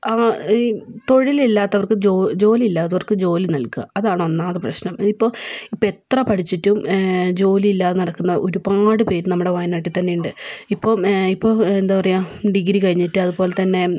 ആ ഈ തൊഴിലില്ലാത്തവർക്ക് ജോലി ജോലിയില്ലാത്തവർക്ക് ജോലി നൽകാൻ അതാണ് ഒന്നാമത്തെ പ്രശ്നം ഇപ്പോൾ ഇപ്പോൾ എത്ര പഠിച്ചിട്ടും ജോലിയില്ലാതെ നടക്കുന്ന ഒരുപാട് പേർ നമ്മുടെ വയനാട്ടിൽ തന്നെയുണ്ട് ഇപ്പോം ഇപ്പോൾ എന്താ പറയാ ഡിഗ്രി കഴിഞ്ഞിട്ട് അതുപോലെത്തന്നെ